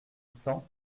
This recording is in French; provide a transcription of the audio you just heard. cent